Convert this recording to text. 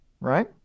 right